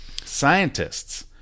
Scientists